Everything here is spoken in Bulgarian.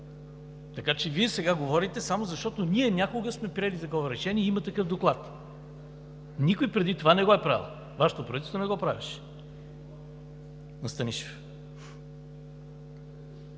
Така че Вие сега говорите само защото ние някога сме приели такова решение и има такъв доклад. Никой преди това не го е правил. Вашето правителство на Станишев